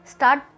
Start